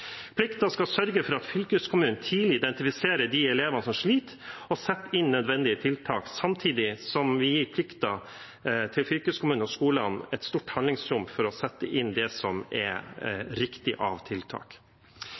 Plikten skal sørge for at fylkeskommunen tidlig identifiserer de elevene som sliter, og setter inn nødvendige tiltak. Samtidig plikter vi å gi fylkeskommunene og skolene et stort handlingsrom for å sette inn riktige tiltak. Elever som